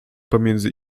pomiędzy